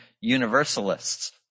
Universalists